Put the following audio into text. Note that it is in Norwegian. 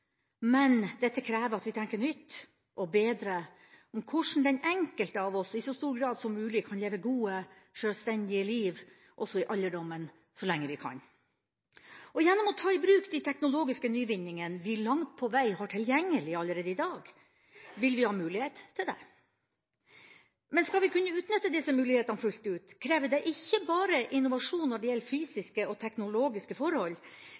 Men dette krever at vi tenker nytt og bedre om hvordan den enkelte av oss i så stor grad som mulig kan leve gode, sjølstendige liv også i alderdommen så lenge vi kan. Gjennom å ta i bruk de teknologiske nyvinningene vi langt på vei har tilgjengelig allerede i dag, vil vi ha mulighet til det. Men skal vi kunne utnytte disse mulighetene fullt ut, krever det ikke bare innovasjon når det gjelder fysiske og teknologiske forhold.